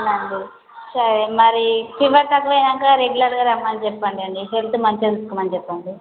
అవునండి సరే మరీ ఫీవర్ తగ్గిపోయాక రెగ్యులర్గా రమ్మని చెప్పండండి హెల్త్ మంచిగా చూసుకోమని చెప్పండి